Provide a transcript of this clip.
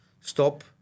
stop